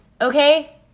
Okay